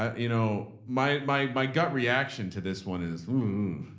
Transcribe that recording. ah you know, my, my, my gut reaction to this one is, ooh,